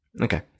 okay